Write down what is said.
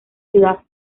ciudad